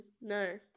no